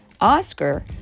oscar